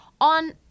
on